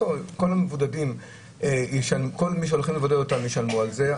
כל מי שהולכים לבודד אותם ישלמו על זה.